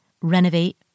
renovate